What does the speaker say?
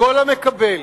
לכל המקבל